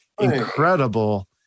incredible